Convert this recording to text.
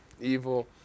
evil